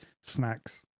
snacks